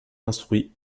instruits